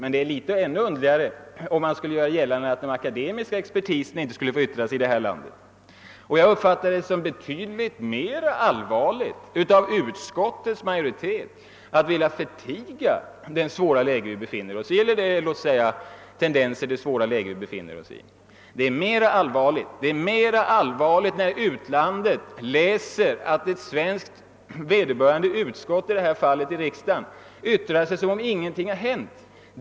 Men det är underligare att göra gällande att den akademiska expertisen inte skulle få yttra sig i det här landet. Jag uppfattar det som betydligt mera allvarligt att utskottsmajoriteten velat förtiga det svåra läge, i vilket vi befinner oss. Det är mera allvarligt när utlandet läser att ett svenskt riksdagsutskott yttrar sig som om ingenting skulle ha hänt.